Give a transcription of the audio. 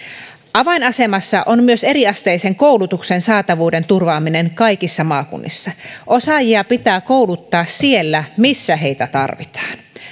avainasemassa on myös eriasteisen koulutuksen saatavuuden turvaaminen kaikissa maakunnissa osaajia pitää kouluttaa siellä missä heitä tarvitaan